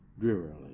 drearily